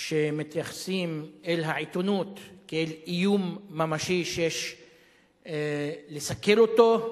שמתייחסים אל העיתונות כאל איום ממשי שיש לסכל אותו,